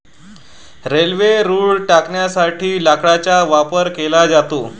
railway रुळ टाकण्यासाठी लाकडाचा वापर केला जातो